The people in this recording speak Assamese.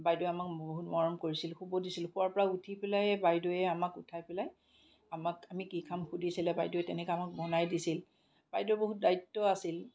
বাইদেৱে আমাক বহুত মৰম কৰিছিলে শুব দিছিল শুৱাৰ পৰা উঠিয়ে বাইদেউয়ে আমাক উঠাই পেলাই আমাক আমি কি খাম সুধিছিলে বাইদেৱে তেনেকে আমাক বনাই দিছিল বাইদেউৰ বহুত দায়িত্ব আছিল